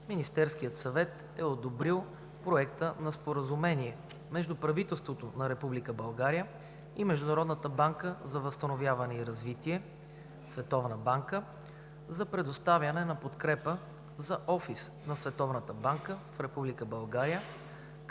Министерският съвет е одобрил Проекта на Споразумение между правителството на Република България и Международната банка за възстановяване и развитие (Световна банка) за предоставяне на подкрепа за офис на Световната банка в